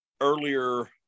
earlier